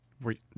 Wait